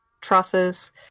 trusses